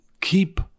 keep